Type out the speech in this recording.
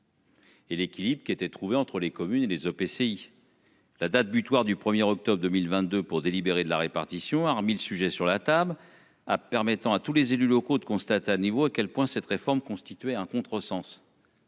Et l'équilibre qui a été trouvé entre les communes et les EPCI.-- La date butoir du premier octobre 2022 pour délibérer de la répartition a remis le sujet sur la table ah permettant à tous les élus locaux de constate à niveau, à quel point cette réforme constituait un contresens.--